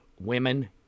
women